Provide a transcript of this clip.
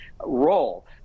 role